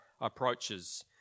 approaches